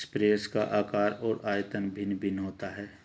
sprayer का आकार और आयतन भिन्न भिन्न होता है